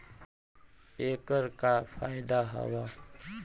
ऐकर का फायदा हव?